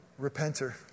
repenter